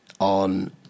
on